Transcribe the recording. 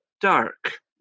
dark